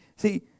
See